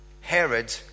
Herod